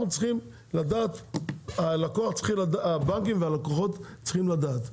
אנחנו צריכים לדעת, הבנקים והלקוחות צריכים לדעת.